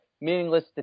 meaningless